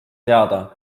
teada